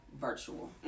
virtual